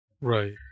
right